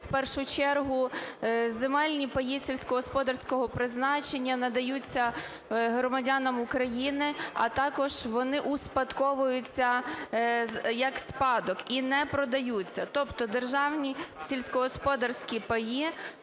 в першу чергу земельні паї сільськогосподарського призначення надаються громадянам України, а також вони успадковуються як спадок і не продаються. Тобто державні сільськогосподарські паї